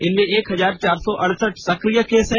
इनमे एक हजार चार सौ अड़सठ सक्रिय केस हैं